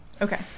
Okay